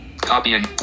Copying